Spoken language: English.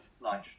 life